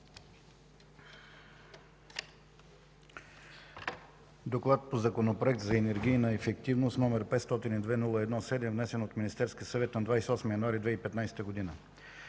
„ДОКЛАД по Законопроект за енергийната ефективност, № 502-01-7, внесен от Министерски съвет на 28 януари 2015 г.